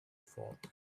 thought